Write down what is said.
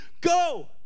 Go